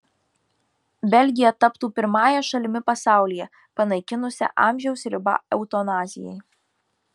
belgija taptų pirmąją šalimi pasaulyje panaikinusia amžiaus ribą eutanazijai